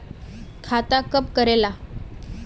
खाता कब करेला?